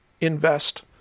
invest